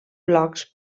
blocs